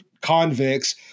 convicts